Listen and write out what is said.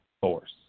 force